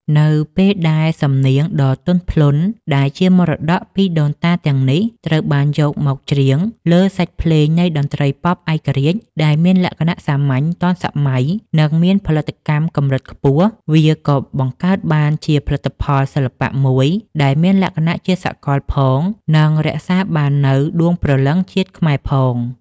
នៅពេលដែលសំនៀងដ៏ទន់ភ្លន់ដែលជាមរតកពីដូនតាទាំងនេះ ត្រូវបានយកមកច្រៀងលើសាច់ភ្លេងនៃតន្ត្រីប៉ុបឯករាជ្យ ដែលមានលក្ខណៈសាមញ្ញ ទាន់សម័យ និងមានផលិតកម្មកម្រិតខ្ពស់ វាក៏បង្កើតបានជាផលិតផលសិល្បៈមួយដែលមានលក្ខណៈជាសកលផង និងរក្សាបាននូវដួងព្រលឹងជាតិខ្មែរផង។